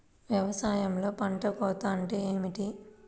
వ్యవసాయంలో పంట కోత అంటే ఏమిటి?